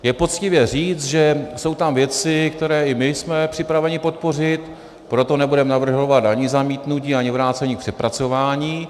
Je poctivé říct, že jsou tam věci, které i my jsme připraveni podpořit, proto nebudeme navrhovat ani zamítnutí, ani vrácení k přepracování.